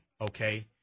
Okay